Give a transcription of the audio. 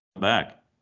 back